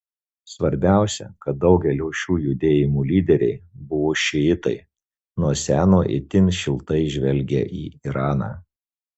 svarbiausia kad daugelio šių judėjimų lyderiai buvo šiitai nuo seno itin šiltai žvelgę į iraną